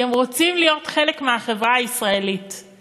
כי הם רוצים להיות חלק מהחברה הישראלית,